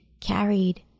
carried